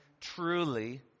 truly